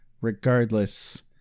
Regardless